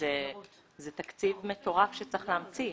זה תקציב מטורף שצריך להמציא,